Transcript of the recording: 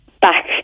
back